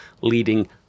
leading